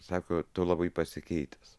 sako tu labai pasikeitęs